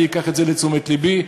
אני אקח את זה לתשומת לבי.